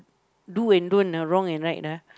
do and don't ah wrong and right ah